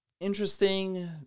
Interesting